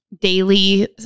daily